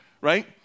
right